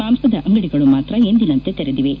ಮಾಂಸದ ಅಂಗಡಿಗಳು ಮಾತ್ರ ಎಂದಿನಂತೆ ತೆರೆದಿವೆ